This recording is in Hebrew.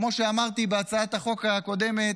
כמו שאמרתי בהצעת החוק הקודמת,